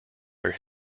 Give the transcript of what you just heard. where